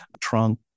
trunk